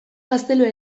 gaztelua